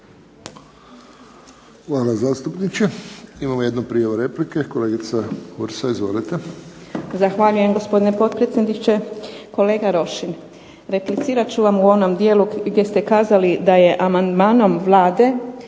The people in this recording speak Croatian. Hvala zastupniče. Imamo jednu prijavu replike. Kolegica Hursa. Izvolite. **Hursa, Danica (HNS)** Zahvaljujem gospodine potpredsjedniče. Kolega Rošin, replicirat ću vam u onom dijelu gdje ste kazali da je amandmanom Vlade